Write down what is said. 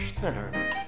thinner